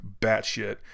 batshit